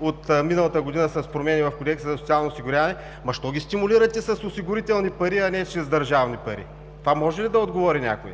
от миналата година с промени в Кодекса за социалното осигуряване, но защо ги стимулирате с осигурителни пари, а не чрез държавни пари. На това може ли да отговори някой?